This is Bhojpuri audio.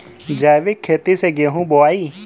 जैविक खेती से गेहूँ बोवाई